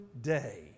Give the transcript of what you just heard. day